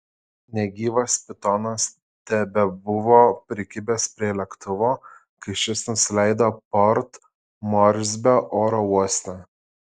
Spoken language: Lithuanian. negyvas pitonas tebebuvo prikibęs prie lėktuvo kai šis nusileido port morsbio oro uoste